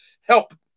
help